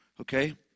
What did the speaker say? Okay